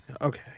okay